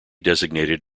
designated